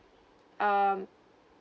um